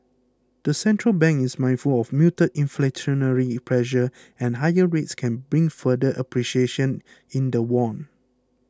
the central bank is mindful of muted inflationary pressure and higher rates can bring further appreciation in the won